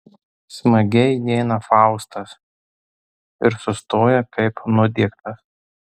smagiai įeina faustas ir sustoja kaip nudiegtas